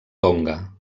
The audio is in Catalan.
tonga